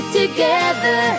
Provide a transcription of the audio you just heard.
together